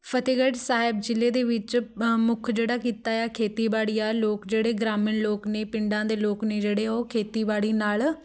ਫਤਿਹਗੜ੍ਹ ਸਾਹਿਬ ਜ਼ਿਲ੍ਹੇ ਦੇ ਵਿੱਚ ਮੁੱਖ ਜਿਹੜਾ ਕਿੱਤਾ ਆ ਖੇਤੀਬਾੜੀ ਆ ਲੋਕ ਜਿਹੜੇ ਗ੍ਰਾਮੀਣ ਲੋਕ ਨੇ ਪਿੰਡਾਂ ਦੇ ਲੋਕ ਨੇ ਜਿਹੜੇ ਉਹ ਖੇਤੀਬਾੜੀ ਨਾਲ